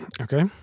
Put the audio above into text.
Okay